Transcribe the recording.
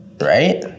Right